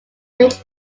which